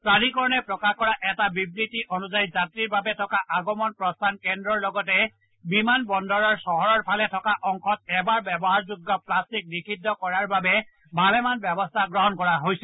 প্ৰাধিকৰণে প্ৰকাশ কৰা এটা বিবৃতি অনুসৰি যাত্ৰীৰ বাবে থকা আগমন প্ৰস্থান কেন্দ্ৰৰ লগতে বিমান বন্দৰৰ চহৰফালে থকা অংশত এবাৰ ব্যৱহাৰযোগ্য প্লাষ্টিক নিষিদ্ধ কৰাৰ বাবে ভালেমান ব্যৱস্থা গ্ৰহণ কৰা হৈছে